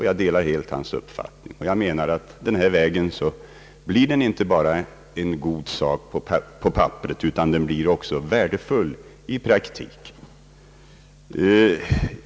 Jag delar helt hans uppfattning och menar att med denna planering blir den inte bara en god sak på papperet utan den blir också värdefull i praktiken.